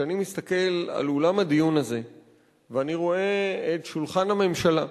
כשאני מסתכל על אולם הדיון הזה ואני רואה את שולחן הממשלה,